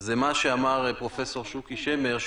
זה מה שאמר פרופ' שוקי שמר: